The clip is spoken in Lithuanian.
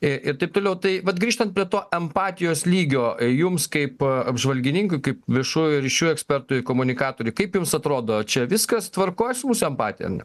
į ir taip toliau tai vat grįžtant prie to empatijos lygio ė jums kaip a apžvalgininkui kaip viešųjų ryšių ekspertui komunikatoriui kaip jums atrodo čia viskas tvarkoj su mūsų empatija ar ne